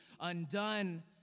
undone